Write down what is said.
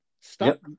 Stop